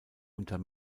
unter